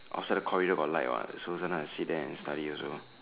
outside the corridor got light what so then I sit there and study also